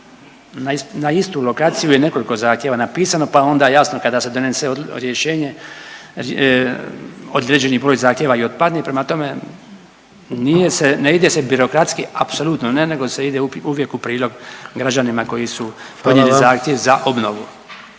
Na istu lokaciju je nekoliko zahtjeva napisano pa onda jasno kada se donese rješenje određeni broj zahtjeva i otpadne. Prema tome, nije se, ne ide se birokratski apsolutno ne, nego se ide uvijek u prilog građanima koji su …/Upadica: Hvala vam./…